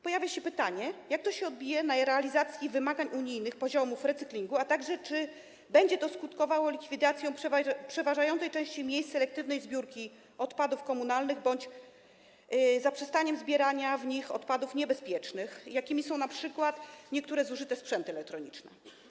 Pojawia się pytanie, jak się to odbije na realizacji wymagań unijnych dotyczących poziomów recyklingu, a także czy będzie to skutkowało likwidacją przeważającej części miejsc selektywnej zbiórki odpadów komunalnych bądź zaprzestaniem zbierania w nich odpadów niebezpiecznych, jakimi są np. niektóre zużyte sprzęty elektroniczne.